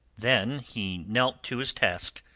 then he knelt to his task,